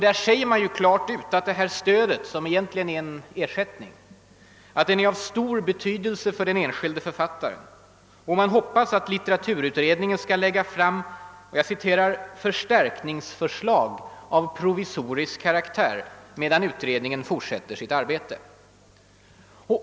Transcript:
Den säger klart ut att »stödet» — som alltså egentligen är en ersättning — är av »stor betydelse för den enskilde författaren». Och man hoppas att litteraturutredningen skall lägga fram »förstärkningsförslag av provisorisk karaktär» medan utredningen fortsätter sitt arbete.